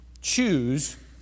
choose